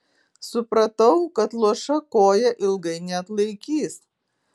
supratau kad luoša koja ilgai neatlaikys